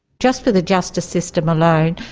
just for the justice system alone,